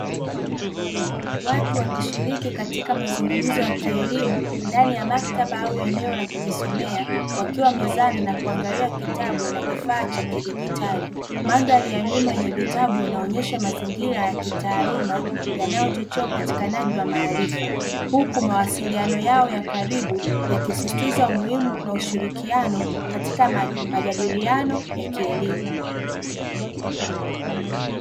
Watu wakishiriki katika mazungumzo ya kielimu ndani ya maktaba au eneo la kujisomea ,wakiwa mezani na wakiangalia kitabu na kifaa cha kijitali ,mandhari ya nyuma ya vijitabui yanaonyesha mazingira ya kitaaluma yanayochochea, upatikanaji wa maarifa huku mawasiliano yao ya karibu yakisisitiza umuhimu na ushirikiano katika majadiliano ya kielimu